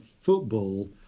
football